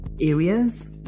areas